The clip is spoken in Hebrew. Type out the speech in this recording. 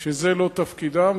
שזה לא תפקידם,